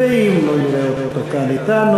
ואם לא נראה אותו כאן אתנו,